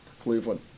Cleveland